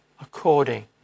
according